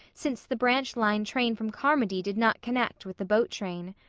since the branch line train from carmody did not connect with the boat train.